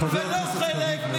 ולא חלק,